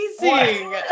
amazing